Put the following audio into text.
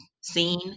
seen